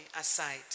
aside